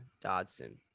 Dodson